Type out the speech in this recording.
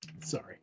Sorry